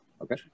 Okay